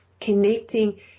connecting